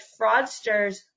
fraudsters